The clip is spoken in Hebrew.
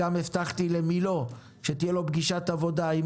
הבטחתי גם לאלי מילוא שתהיה לו פגישת עבודה עם